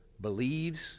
believes